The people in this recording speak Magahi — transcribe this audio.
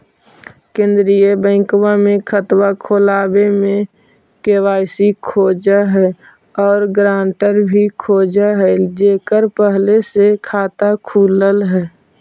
केंद्रीय बैंकवा मे खतवा खोलावे मे के.वाई.सी खोज है और ग्रांटर भी खोज है जेकर पहले से खाता खुलल है?